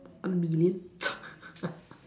a million